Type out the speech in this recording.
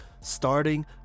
starting